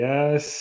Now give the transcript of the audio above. Yes